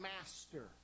master